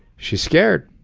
she's scared.